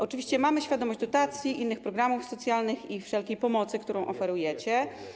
Oczywiście mamy świadomość dotacji, innych programów socjalnych i wszelkiej pomocy, którą oferujecie.